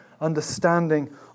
understanding